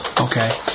okay